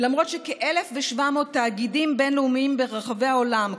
ולמרות שכ-1,700 תאגידים בין-לאומיים ברחבי העולם,